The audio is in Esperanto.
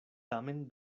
tamen